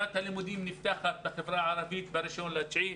שנת הלימודים בחברה הערבית נפתחת ב-1 בספטמבר.